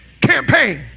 campaign